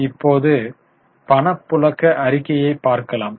இப்போது பணப்புழக்க அறிக்கையை பார்க்கலாம்